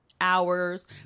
hours